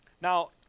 Now